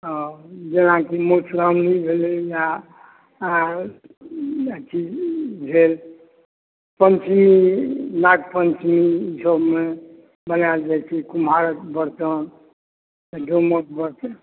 हॅं जेनाकि मधुश्रावणी भेलै आ अथी भेल पञ्चमी नाग पञ्चमी ई सभमे मङ्गायल जाइ छै कुम्हारक बर्तन डोमक बर्तन